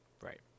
Right